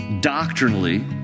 Doctrinally